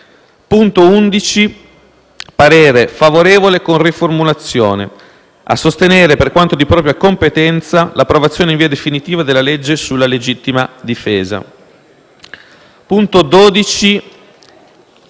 punto 11) il parere è favorevole con la seguente riformulazione: «a sostenere, per quanto di propria competenza, l'approvazione in via definitiva della legge sulla legittima difesa». Sui